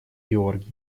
георгий